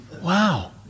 Wow